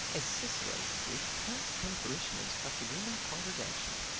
as cicero said, parrots cum parishioners facilime congregation.